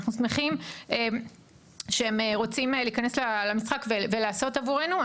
אנחנו שמחים שהם רוצים להיכנס למשחק ולעבוד עבורנו.